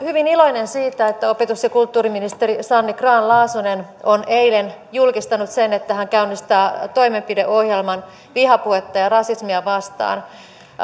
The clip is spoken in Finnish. hyvin iloinen siitä että opetus ja kulttuuriministeri sanni grahn laasonen on eilen julkistanut sen että hän käynnistää toimenpideohjelman vihapuhetta ja rasismia vastaan